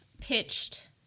pitched